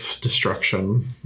destruction